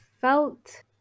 felt